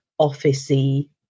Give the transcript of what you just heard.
officey